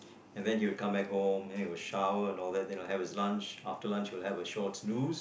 and then he'll come back home and then he'll shower and all that then he'll have his lunch and after lunch he'll have a short noose